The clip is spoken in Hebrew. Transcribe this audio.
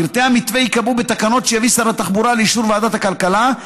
פרטי המתווה ייקבעו בתקנות שיביא שר התחבורה לאישור ועדת הכלכלה,